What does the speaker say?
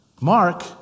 Mark